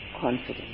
confidence